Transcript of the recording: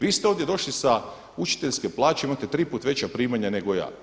Vi ste ovdje došli sa učiteljske plaće, imate triput veća primanja nego ja.